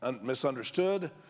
misunderstood